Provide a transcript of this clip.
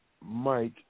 Mike